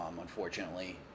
unfortunately